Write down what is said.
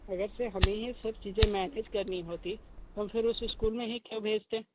अगर से हमें ही यह सभी चीज़ें मैनेज करनी होती फिर उसे इस्कूल में ही क्यों भेजते